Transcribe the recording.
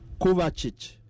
Kovacic